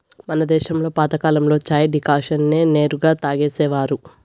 మన దేశంలో పాతకాలంలో చాయ్ డికాషన్ నే నేరుగా తాగేసేవారు